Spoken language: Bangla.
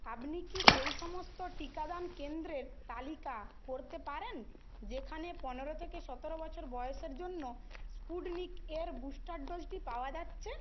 আপনি কি সেই সমস্ত টিকাদান কেন্দ্রের তালিকা করতে পারেন যেখানে পনেরো থেকে সতেরো বছর বয়সের জন্য স্পুটনিক এর বুস্টার ডোজটি পাওয়া যাচ্ছে